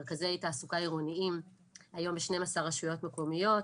מרכזי תעסוקה עירוניים היום בכ-12 רשויות מקומיות,